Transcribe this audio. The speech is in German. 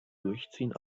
durchziehen